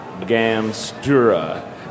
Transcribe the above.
Gamstura